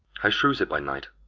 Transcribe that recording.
how shews it by night?